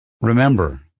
Remember